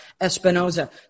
Espinoza